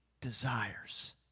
desires